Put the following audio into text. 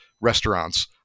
restaurants